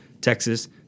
Texas